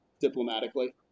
diplomatically